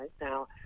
now